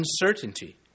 uncertainty